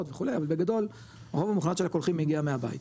וכו' אבל בגדול הרוב המוחלט של הקולחים מגיע מהבית,